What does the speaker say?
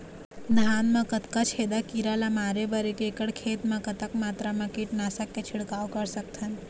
धान मा कतना छेदक कीरा ला मारे बर एक एकड़ खेत मा कतक मात्रा मा कीट नासक के छिड़काव कर सकथन?